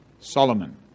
Solomon